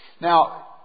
Now